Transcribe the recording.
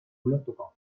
ulertuko